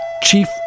chief